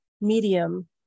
medium